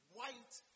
White